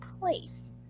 place